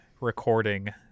recording